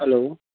hello